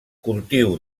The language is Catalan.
cultiu